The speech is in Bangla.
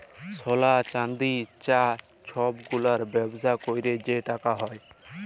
সলা, চাল্দি, চাঁ ছব গুলার ব্যবসা ক্যইরে যে টাকা হ্যয়